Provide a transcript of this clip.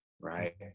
Right